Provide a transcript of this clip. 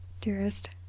Dearest